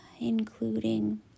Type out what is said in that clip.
including